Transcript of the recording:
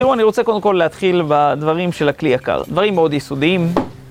תראו, אני רוצה קודם כל להתחיל בדברים של הכלי יקר. דברים מאוד יסודיים.